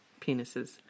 penises